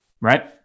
right